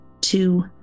two